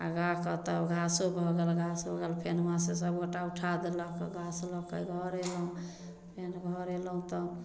आ गाकऽ तब घासो भऽ गेल घास हो गेल फेर हुआँ से सभगोटा उठा देलक घास लऽ कऽ घर अयलहुॅं फेर घर अयलहुॅं तब